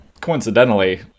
coincidentally